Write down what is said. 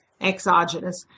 exogenous